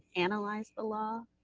analyze the law,